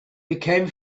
became